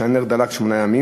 שהנר דלק שמונה ימים,